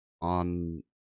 on